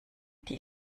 die